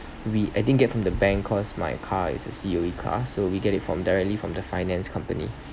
we I didn't get it from the bank cause my car is a C_O_E car so we get it from directly from the finance company